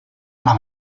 alla